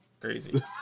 Crazy